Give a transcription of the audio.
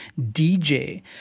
DJ